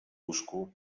łóżku